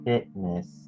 Fitness